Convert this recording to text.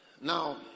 Now